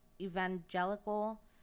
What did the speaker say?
evangelical